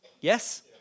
Yes